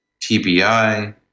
TBI